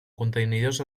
contenidors